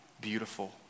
Beautiful